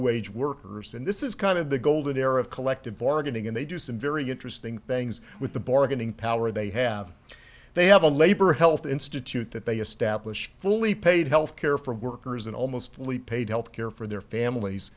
wage workers and this is kind of the golden era of collective bargaining and they do some very interesting things with the bargaining power they have they have a labor health institute that they established fully paid health care for workers and almost fully paid health care for their families